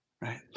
right